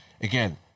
again